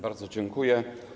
Bardzo dziękuję.